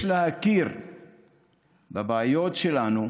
יש להכיר בבעיות שלנו.